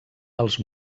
els